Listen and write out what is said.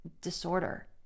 disorder